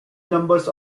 numbers